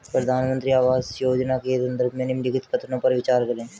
प्रधानमंत्री आवास योजना के संदर्भ में निम्नलिखित कथनों पर विचार करें?